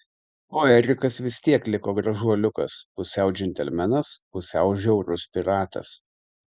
o erikas vis tiek liko gražuoliukas pusiau džentelmenas pusiau žiaurus piratas